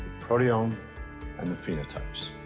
proteome and the phenotypes.